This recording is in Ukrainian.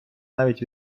навіть